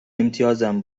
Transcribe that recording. امتیازم